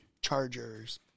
Chargers